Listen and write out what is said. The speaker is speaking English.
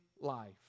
life